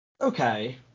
Okay